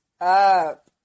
up